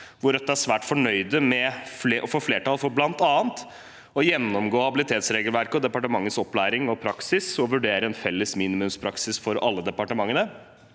mars. Rødt er svært fornøyd med å ha fått flertall for bl.a. å gjennomgå habilitetsregelverket og departementets opplæring og praksis og å vurdere en felles minimumspraksis for alle departementene,